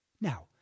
Now